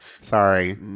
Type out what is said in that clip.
Sorry